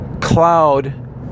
cloud